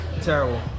Terrible